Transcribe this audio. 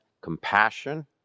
compassion